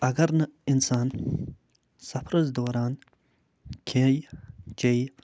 اگر نہٕ اِنسان سفرَس دوران کھیٚیہِ چیٚیہِ